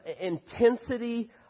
intensity